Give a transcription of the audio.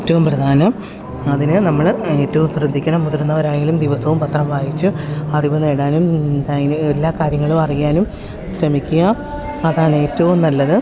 ഏറ്റവും പ്രധാനം അതിന് നമ്മള് ഏറ്റവും ശ്രദ്ധിക്കണം മുതിർന്നവരായാലും ദിവസവും പത്രം വായിച്ച് അറിവ് നേടാനും അതിലേ എല്ലാ കാര്യങ്ങളും അറിയാനും ശ്രമിക്കുക അതാണ് ഏറ്റവും നല്ലത്